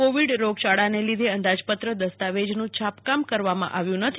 Covid રોગયાળાને લીધે અંદાજપત્ર દસ્તાવેજનું છાપકામ કરવામાં આવ્યું નથી